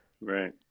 right